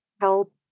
help